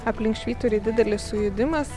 aplink švyturį didelis sujudimas